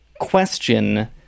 question